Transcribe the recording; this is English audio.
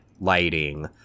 lighting